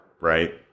Right